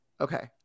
Okay